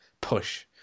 push